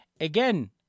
Again